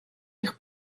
eich